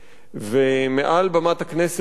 ומעל במת הכנסת לברך